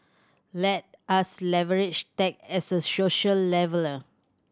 let us leverage tech as a social leveller